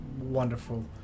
wonderful